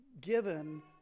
given